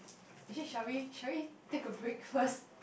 actually shall we shall we take a break first